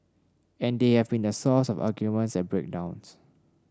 and they have been the source of arguments and break downs